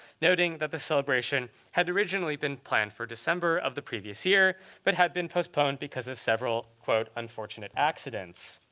noting that the celebration had originally been planned for december of the previous year, but had been postponed because of several unfortunate accidents.